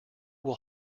will